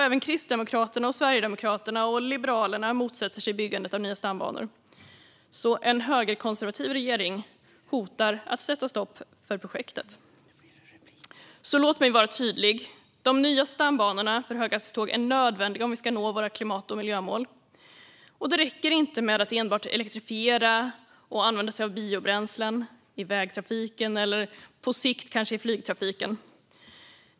Även Kristdemokraterna, Sverigedemokraterna och Liberalerna motsätter sig byggandet av nya stambanor. En högerkonservativ regering hotar därför att sätta stopp för projektet. Låt mig därför vara tydlig. De nya stambanorna för höghastighetståg är nödvändiga om vi ska nå våra klimat och miljömål. Det räcker inte att enbart elektrifiera och använda sig av biobränslen i vägtrafiken och på sikt kanske i flygtrafiken.